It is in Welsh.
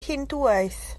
hindŵaeth